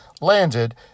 landed